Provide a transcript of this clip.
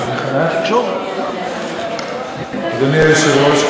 אדוני היושב-ראש,